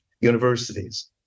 universities